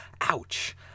Ouch